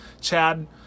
Chad